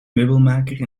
meubelmaker